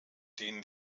denen